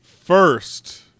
First